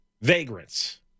vagrants